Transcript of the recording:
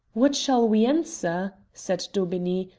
what shall we answer? said daubeney,